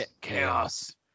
Chaos